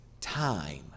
time